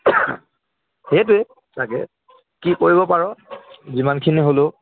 সেইটোৱে তাকে কি কৰিব পাৰ যিমানখিনি হ'লেও